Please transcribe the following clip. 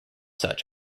such